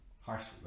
harshly